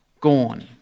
gone